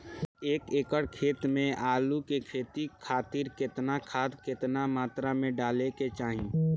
एक एकड़ खेत मे आलू के खेती खातिर केतना खाद केतना मात्रा मे डाले के चाही?